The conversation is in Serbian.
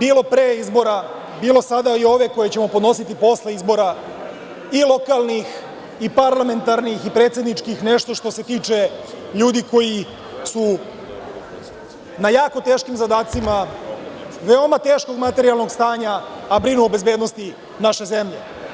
bilo pre izbora, bilo sada i ovi koje ćemo podnositi posle izbora i lokalnih i parlamentarnih i predsedničkih nešto što se tiče ljudi koji su na jako teškim zadacima, veoma teškog materijalnog stanja, a brinu o bezbednosti naše zemlje.